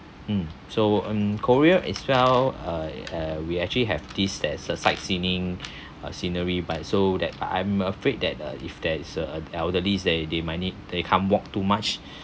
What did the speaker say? mm so in korea as well I uh we actually have this there's a sightseeing uh scenery but so that I'm afraid that uh if there is uh elderlies they they might need they can't walk too much